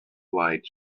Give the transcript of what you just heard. flight